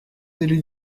élus